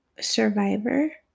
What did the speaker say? survivor